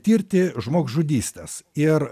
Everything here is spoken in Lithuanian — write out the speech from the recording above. tirti žmogžudystes ir